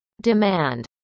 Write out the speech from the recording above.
demand